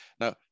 Now